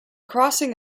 crossing